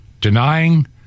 Denying